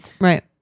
right